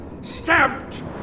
stamped